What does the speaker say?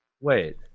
Wait